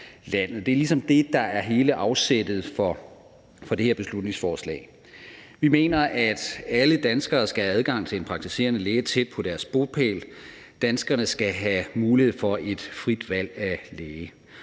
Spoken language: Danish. Det er ligesom det, der er hele afsættet for det her beslutningsforslag. Vi mener, at alle danskere skal have adgang til en praktiserende læge tæt på deres bopæl. Danskerne skal have mulighed for et frit valg af læge.